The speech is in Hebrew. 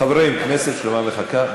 חברים, כנסת שלמה מחכה.